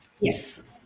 Yes